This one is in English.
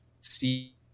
see